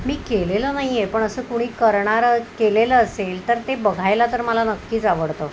मी केलेलं नाहीये पण असं कुणी करणारं केलेलं असेल तर ते बघायला तर मला नक्कीच आवडतं